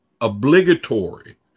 obligatory